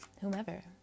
whomever